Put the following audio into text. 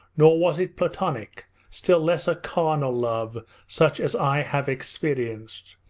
nor was it platonic, still less a carnal love such as i have experienced.